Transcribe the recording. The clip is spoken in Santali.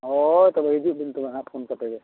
ᱦᱳᱭ ᱛᱚᱵᱮ ᱦᱤᱡᱩᱜ ᱵᱤᱱ ᱦᱟᱸᱜ ᱦᱟᱸᱜ ᱯᱷᱳᱱ ᱠᱟᱛᱮᱜᱮ